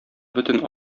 бөтен